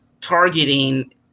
targeting